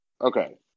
Okay